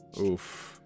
Oof